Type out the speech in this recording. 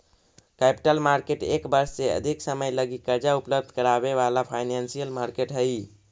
capital market एक वर्ष से अधिक समय लगी कर्जा उपलब्ध करावे वाला फाइनेंशियल मार्केट हई